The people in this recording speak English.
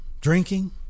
drinking